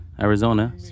Arizona